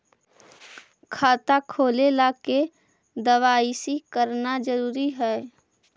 खाता खोले ला के दवाई सी करना जरूरी है?